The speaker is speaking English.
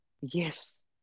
Yes